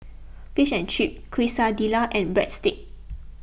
Fish and Chips Quesadillas and Breadsticks